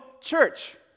church